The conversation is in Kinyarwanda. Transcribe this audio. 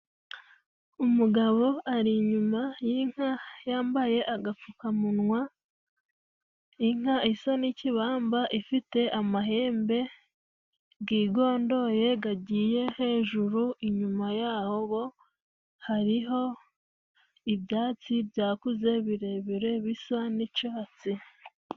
Umugabo ari inyuma y'inka, yambaye agapfukamunwa, inka isa n'ikibamba ifite amahembe gigondoye gagiye hejuru, inyuma yaho bo hariho ibyatsi byakuze birebire bisa n'icatsi.